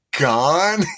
Gone